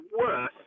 worse